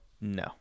no